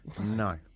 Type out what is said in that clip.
No